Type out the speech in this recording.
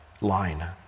line